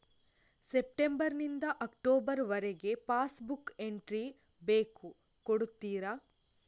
September ನಿಂದ October ವರಗೆ passbook entry ಬೇಕು ಕೊಡುತ್ತೀರಾ?